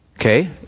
okay